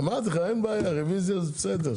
אמרתי לך אין בעיה, רוויזיה זה בסדר.